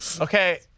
Okay